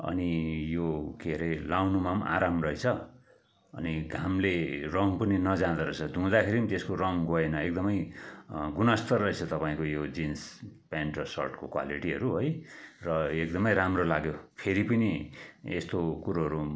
अनि यो के अरे लाउनुमा पनि आराम रहेछ अनि घामले रङ पनि नजाँदो रहेछ धुँदाखेरि पनि त्यसको रङ गएन एकदमै गुणस्तर रहेछ तपाईँको यो जिन्स पेन्ट र सर्टको क्वालिटीहरू है र एकदमै राम्रो लाग्यो फेरि पनि यस्तो कुरोहरू